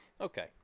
Okay